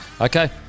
Okay